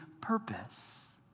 purpose